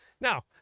Now